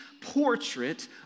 portrait